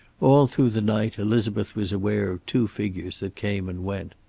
all through the night elizabeth was aware of two figures that came and went.